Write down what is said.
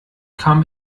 kam